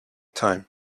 time